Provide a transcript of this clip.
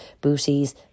booties